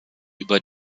über